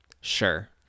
Sure